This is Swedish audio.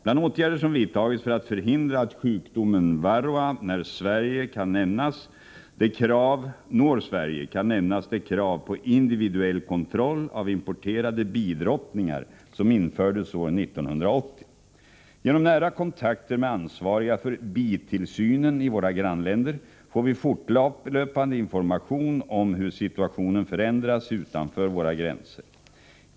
Bland åtgärder som vidtagits för att förhindra att sjukdomen varroa når Sverige kan nämnas det krav på individuell kontroll av importerade bidrottningar som infördes år 1980. Genom nära kontakter med ansvariga för bitillsynen i våra grannländer får vi fortlöpande information om hur situationen förändras utanför våra gränser.